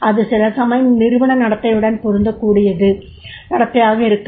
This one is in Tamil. அது சிலசமயம் நிறுவன நடத்தையுடன் பொருந்தக்கூடிய நடத்தையாக இருக்காது